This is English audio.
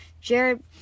Jared